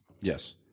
Yes